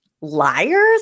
liars